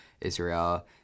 Israel